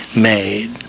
made